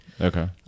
Okay